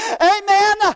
Amen